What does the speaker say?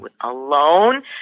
alone